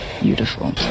Beautiful